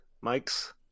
Mikes